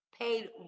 Paid